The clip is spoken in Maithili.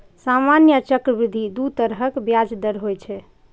सामान्य आ चक्रवृद्धि दू तरहक ब्याज दर होइ छै